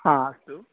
हा अस्तु